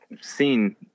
seen